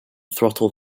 throttle